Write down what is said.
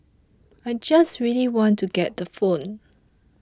I just really want to get the phone